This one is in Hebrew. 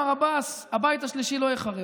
מר עבאס: הבית השלישי לא ייחרב.